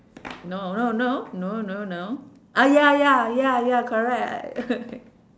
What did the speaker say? no no no no no no ah ya ya ya ya correct